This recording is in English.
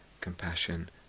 compassion